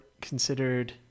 considered